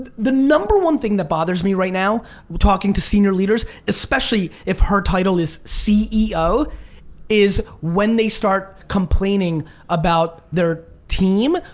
the number one thing that bothers me right now talking to senior leaders, especially if her title is ceo is when they start complaining about their team.